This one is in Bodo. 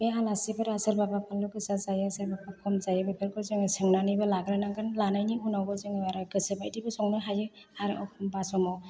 बे आलासिफोरा सोरबाबा फानलु गोसा जाया सोरबाबा खम जायो बेफोरखौ जोङो सोंनानैबो लाग्रोनांगोन लानायनि उनावबो जोङो आरो गोसोबायदिबो संनो हायो आरो अखमबा समाव